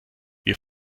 wir